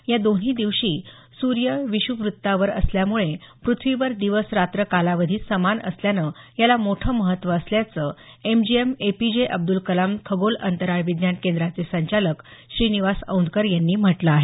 या दोन्ही दिवशी सूर्य विषुववृत्तावर असल्यामुळे प्रथ्वीवर दिवस रात्र कालावधी समान असल्यानं याला मोठं महत्त्व असल्याचं एमजीएम एपीजे अब्दल कलाम खगोलअंतराळ विज्ञान केंद्राचे संचालक श्रीनिवास औंधकर यांनी म्हटलं आहे